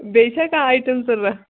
بیٚیہِ چھےٚ کانٛہہ آیٹَم ضروٗرت